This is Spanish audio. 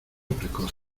precoces